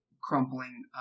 crumpling